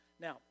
now